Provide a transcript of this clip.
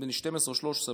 נדמה לי 12 או 13,